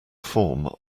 form